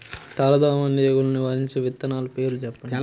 తెల్లదోమ తెగులును నివారించే విత్తనాల పేర్లు చెప్పండి?